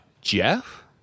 Jeff